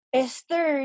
esther